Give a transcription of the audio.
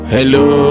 Hello